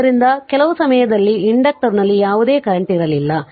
ಆದ್ದರಿಂದ ಕೆಲವು ಸಮಯದಲ್ಲಿ ಇಂಡಕ್ಟರ್ನಲ್ಲಿ ಯಾವುದೇ ಕರೆಂಟ್ವಿರಲಿಲ್ಲ